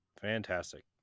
fantastic